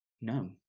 no